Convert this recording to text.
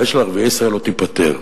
הבעיה של ערביי ישראל לא תיפתר.